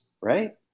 right